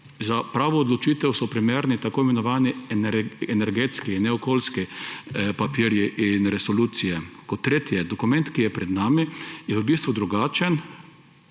Za pravo odločitev so primerni tako imenovani energetski in ne okoljski papirji in resolucije. Kot tretje, dokument, ki je pred nami, je v bistvu drugačen,